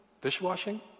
dishwashing